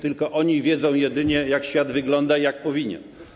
Tylko oni wiedzą jedynie, jak świat wygląda i jak powinien.